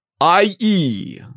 I-E